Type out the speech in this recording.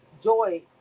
Joy